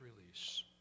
release